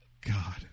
God